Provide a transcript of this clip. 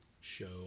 show